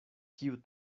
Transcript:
kiu